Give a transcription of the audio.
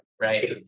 right